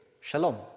shalom